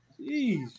Jeez